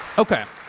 ok,